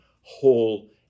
whole